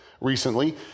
recently